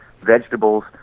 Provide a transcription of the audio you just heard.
vegetables